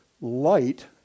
light